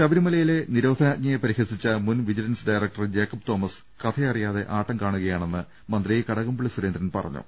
ശബരിമലയിലെ നിരോധനാജ്ഞയെ പരിഹസിച്ച മുൻ vigilance director Jacob Thomas കഥയറിയാതെ ആട്ടം കാണുകയാ ണെന്ന് മന്ത്രി കടകംപള്ളി സുരേന്ദ്രൻ പറഞ്ഞു